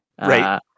right